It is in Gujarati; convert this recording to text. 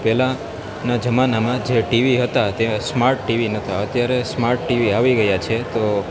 પહેલાના જમાનામાં જે ટીવી હતા ત્યારે સ્માર્ટ ટીવી નહોતા અત્યારે સ્માર્ટ આવી ગયા છે તો